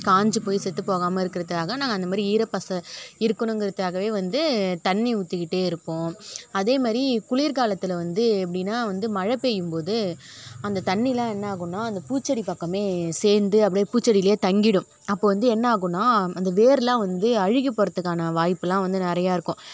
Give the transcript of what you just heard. காஞ்சி போய் செத்துபோகாமல் இருக்கிறதுக்காக நான் அந்த மாதிரி ஈரப்பசை இருக்கணுங்கிறதுக்காவே வந்து தண்ணி ஊற்றிக்கிட்டே இருப்போம் அதே மாதிரி குளிர் காலத்தில் வந்து எப்படினா வந்து மழை பேயும்போது அந்த தண்ணிலாம் என்ன ஆகுன்னா அந்த பூச்செடி பக்கமே சேர்ந்து அப்படியே பூச்செடியிலியே தங்கிவிடும் அப்போ வந்து என்ன ஆகுன்னா அந்த வேர்லான் வந்து அழுகி போகிறதுக்கான வாய்ப்புலான் வந்து நிறையா இருக்கும்